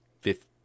fifth